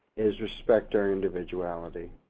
is respect our individuality.